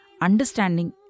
understanding